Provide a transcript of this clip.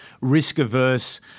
risk-averse